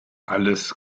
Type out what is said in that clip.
alles